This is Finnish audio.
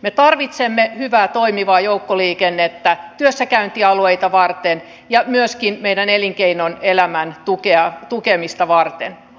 me tarvitsemme hyvää toimivaa joukkoliikennettä työssäkäyntialueita varten ja myöskin meidän elinkeinoelämän tukemista varten